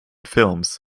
films